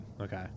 Okay